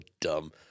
dumb